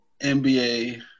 NBA